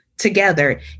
together